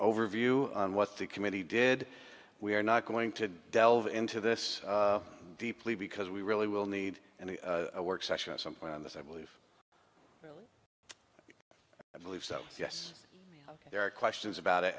overview on what the committee did we are not going to delve into this deeply because we really will need and work session at some point on this i believe i believe so yes there are questions about it